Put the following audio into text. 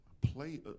play